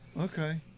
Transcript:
Okay